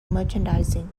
merchandising